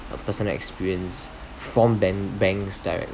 a personal experience from ban~ banks directly